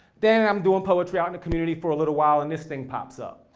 then i'm doing poetry out in the community for a little while, and this thing pops up.